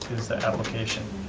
his application.